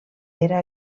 era